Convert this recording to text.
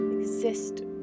Exist